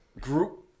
group